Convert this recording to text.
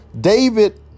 David